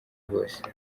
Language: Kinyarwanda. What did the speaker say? bose